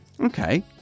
Okay